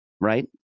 right